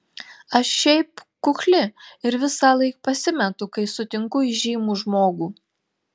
aš šiaip kukli ir visąlaik pasimetu kai sutinku įžymų žmogų